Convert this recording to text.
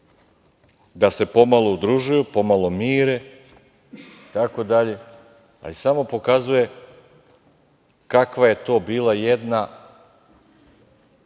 da se pomalo udružuju, pomalo mire, itd. ali samo pokazuje kakva je to bila jedna